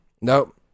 Nope